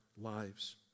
lives